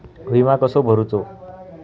विमा कसो भरूचो?